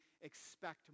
expect